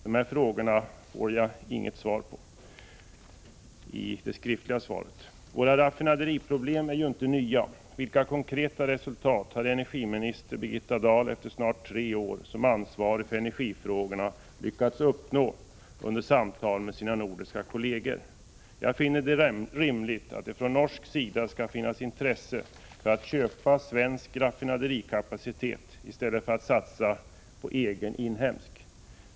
De här frågorna får jag inget besked om i det skriftliga svaret. Våra raffinaderiproblem är ju inte nya. Vilka konkreta resultat har energiminister Birgitta Dahl efter snart tre år som ansvarig för energifrågorna lyckats uppnå under samtalen med sina nordiska kolleger? Jag finner det rimligt att det från norsk sida skall finnas intresse för att köpa svensk raffinaderikapacitet i stället för att satsa på egen, inhemsk.